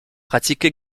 pratique